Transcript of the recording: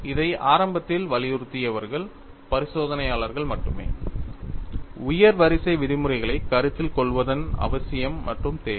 இதை ஆரம்பத்தில் வலியுறுத்தியவர்கள் பரிசோதனையாளர்கள் மட்டுமே உயர் வரிசை விதிமுறைகளை கருத்தில் கொள்வதற்கான அவசியம் மற்றும் தேவை